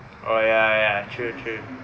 oh ya ya ya ya true true